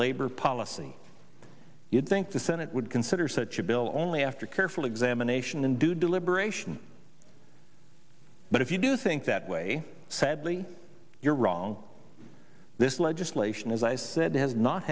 labor policy you'd think the senate would consider such a bill only after careful examination and due deliberation but if you do think that way sadly you're wrong this legislation as i said has not